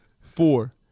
four